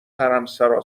حرمسرا